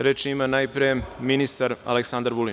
Reč ima najpre ministar Aleksandar Vulin.